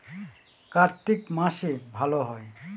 কার্তিক মাসে ভালো হয়?